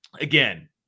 again